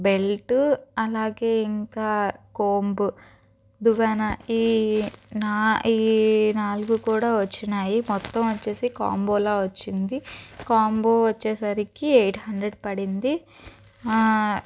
belt అలాగే ఇంకా comb దువ్వాన నాలుగు కూడా వచ్చినాయి మొత్తం వచ్చేసి కాంబోలాగా వచ్చింది కాంబో వచ్చేసరికి ఎయిట్ హండ్రెడ్ పడింది